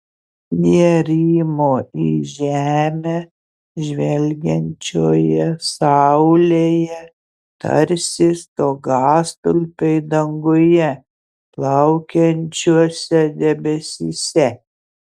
jie rymo į žemę žvelgiančioje saulėje tarsi stogastulpiai danguje plaukiančiuose debesyse